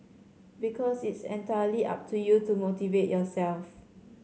because it's entirely up to you to motivate yourself